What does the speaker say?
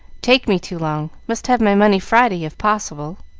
take me too long. must have my money friday, if possible.